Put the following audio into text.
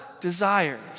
desires